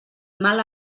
mal